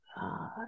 God